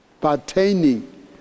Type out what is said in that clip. pertaining